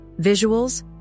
Visuals